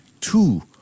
two